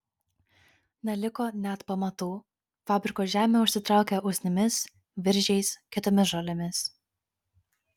neliko net pamatų fabriko žemė užsitraukė usnimis viržiais kitomis žolėmis